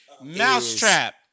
mousetrap